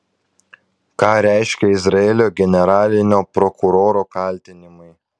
ką reiškia izraelio generalinio prokuroro kaltinimai